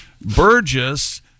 Burgess